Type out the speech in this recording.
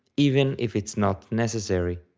even if it's not necessary.